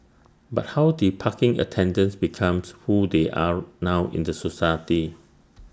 but how did parking attendants becomes who they are now in the society